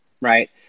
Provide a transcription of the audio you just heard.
right